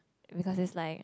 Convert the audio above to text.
because it's like